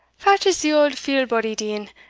fat is the auld feel-body deeing,